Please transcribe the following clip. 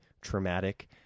traumatic